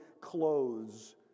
clothes